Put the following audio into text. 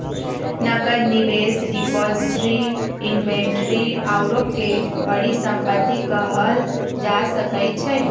नकद, निवेश, depository, inventory आउरो के परिसंपत्ति कहल जा सकइ छइ